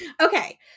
Okay